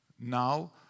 Now